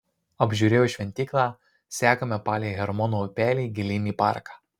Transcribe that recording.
apžiūrėjus šventyklą sekame palei hermono upelį gilyn į parką